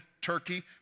Turkey